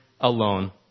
alone